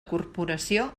corporació